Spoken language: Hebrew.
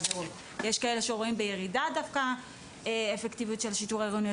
יש כאלה שרואים דווקא בירידה אפקטיביות של השיטור העירוני.